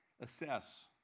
Assess